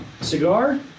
cigar